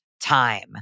time